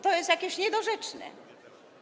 To jest jakieś niedorzeczne.